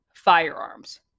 Firearms